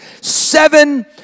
seven